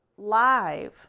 live